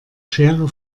schere